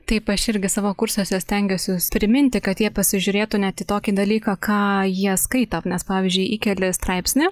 taip aš irgi savo kursuose stengiuosi priminti kad jie pasižiūrėtų net į tokį dalyką ką jie skaito nes pavyzdžiui įkeli straipsnį